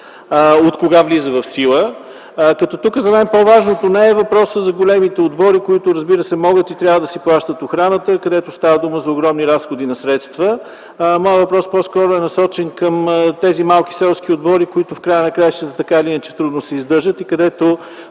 Откога влиза в сила? Тук за мен по-важното нещо не е въпросът за големите отбори, които, разбира се, могат и трябва да си плащат охраната, където става дума за огромни разходи на средства. Моят въпрос по-скоро е насочен към тези малки селски отбори, които в края на краищата така или иначе трудно се издържат, и където